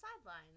sidelines